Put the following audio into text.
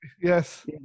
yes